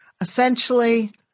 essentially